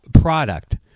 product